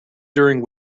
during